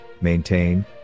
maintain